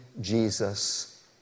Jesus